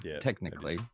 technically